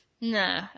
No